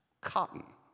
Cotton